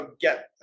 get